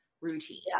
routine